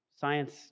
Science